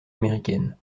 américaine